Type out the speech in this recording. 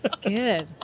Good